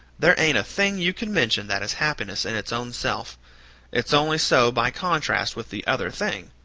there ain't a thing you can mention that is happiness in its own self it's only so by contrast with the other thing.